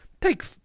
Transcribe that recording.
take